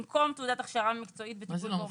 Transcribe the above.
במקום "תעודת הכשרה מקצועית בטיפול באמנות".